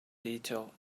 detail